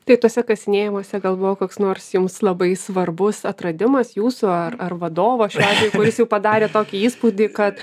tai tuose kasinėjimuose gal buvo koks nors jums labai svarbus atradimas jūsų ar ar vadovo šiuo atveju kuris jau padarė tokį įspūdį kad